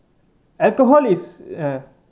alcohol is a